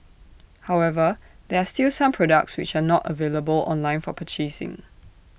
however there are still some products which are not available online for purchasing